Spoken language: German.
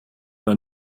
oder